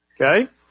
Okay